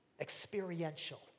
experiential